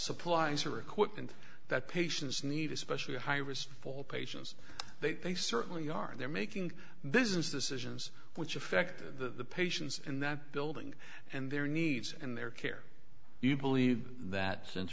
supplies or equipment that patients need especially high risk for patients they certainly are there making business decisions which affect the patients in that building and their needs and their care you believe that since